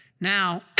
Now